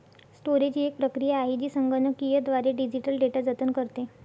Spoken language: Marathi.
स्टोरेज ही एक प्रक्रिया आहे जी संगणकीयद्वारे डिजिटल डेटा जतन करते